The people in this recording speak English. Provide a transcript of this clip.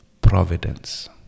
providence